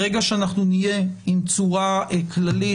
ברגע שנהיה עם צורה כללית,